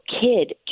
kid